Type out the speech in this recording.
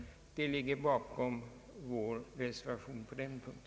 Detta ligger bakom vår reservation på denna punkt.